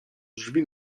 drzwi